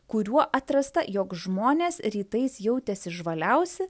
kuriuo atrasta jog žmonės rytais jautėsi žvaliausi